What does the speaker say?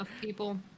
People